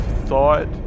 thought